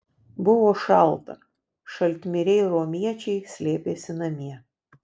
buvo šalta šaltmiriai romiečiai slėpėsi namie